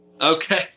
Okay